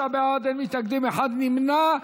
49 בעד, אין מתנגדים, אחד נמנע.